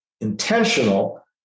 intentional